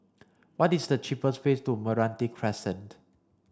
what is the cheapest way to Meranti Crescent